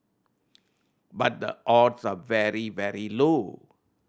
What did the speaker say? but the odds are very very low